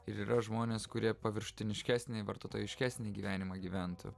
ir yra žmonės kurie paviršutiniškesnį vartotojiškesnį gyvenimą gyventų